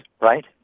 right